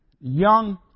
young